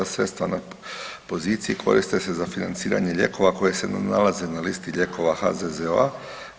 Sredstva na poziciji koriste se za financiranje lijekova koji se nalaze na listi lijekova HZZO-a.